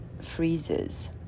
freezes